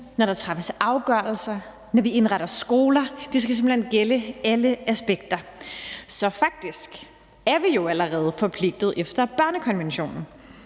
når der træffes afgørelser, når vi indretter skoler, og det skal simpelt hen gælde alle aspekter. Så faktisk er vi jo allerede forpligtede efter børnekonventionen.